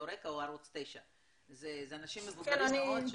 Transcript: רק"ע או ערוץ 9. אלה אנשים מבוגרים מאוד.